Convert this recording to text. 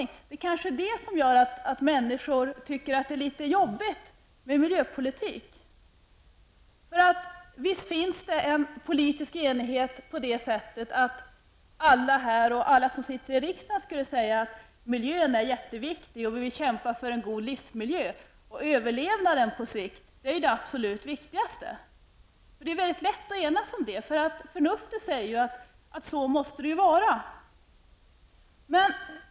Det är kanske detta som gör att människor tycker att miljöpolitiken är jobbig. Visst finns det en politisk enighet på det sättet att alla som sitter i riksdagen skulle säga att miljön är viktig. Vi vill alla kämpa för en god livsmiljö, och på sikt är ju överlevnaden det absolut viktigaste. Det är väldigt lätt att enas om det, eftersom förnuftet säger att så måste det ju vara.